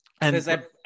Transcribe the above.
And-